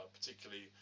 particularly